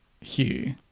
Hugh